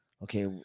Okay